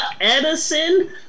Edison